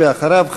ואחריו,